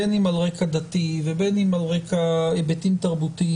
בין אם על רקע דתי ובין אם על רקע היבטים תרבותיים,